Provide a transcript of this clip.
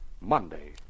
Monday